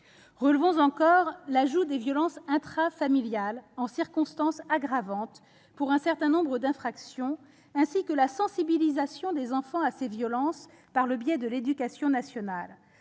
Relevons encore l'ajout des violences intrafamiliales en circonstance aggravante pour un certain nombre d'infractions, ainsi que la sensibilisation des enfants à ces violences, par le biais de l'éducation nationale,